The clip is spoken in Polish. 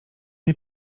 nie